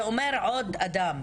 זה אומר שיש עוד אדם,